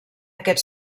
aquest